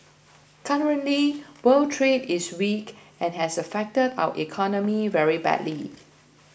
currently world trade is weak and has affected our economy very badly